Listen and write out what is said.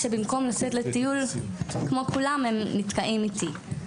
שבמקום לצאת לטיול כמו כולם הם נתקעים איתי,